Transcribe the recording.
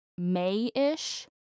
May-ish